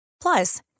Plus